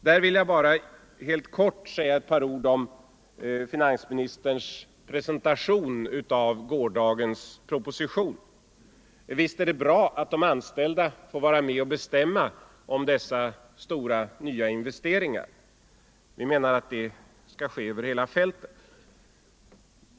Där vill jag helt kort säga några ord om finansministerns presentation av gårdagens proposition. Visst är det bra att de anställda får vara med och bestämma om dessa nya stora investeringar. Vi menar att det skall ske över hela fältet.